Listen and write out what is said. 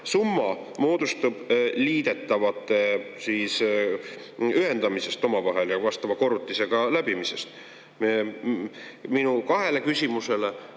summa moodustab liidetavate ühendamisest omavahel ja vastava korrutisega läbimisest. Minu kahele küsimusele